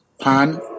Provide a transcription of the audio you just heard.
Pan